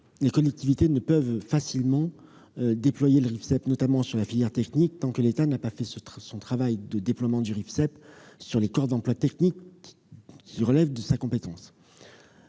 les collectivités ne peuvent facilement déployer le Rifseep, notamment sur la filière technique, tant que l'État n'a pas fait son travail de déploiement du Rifseep sur les corps d'emplois techniques qui relèvent de sa compétence.